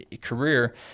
career